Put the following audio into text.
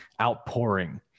outpouring